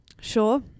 Sure